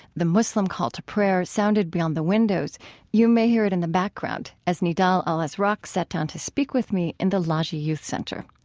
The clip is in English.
the muslim call to prayer sounded beyond the windows you may hear it in the background as nidal al-azraq sat down to speak with me in the lajee youth center.